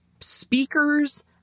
speakers